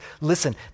listen